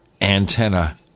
antenna